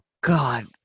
god